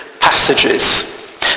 passages